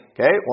Okay